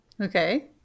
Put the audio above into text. Okay